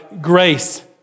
grace